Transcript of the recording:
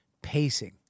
Pacing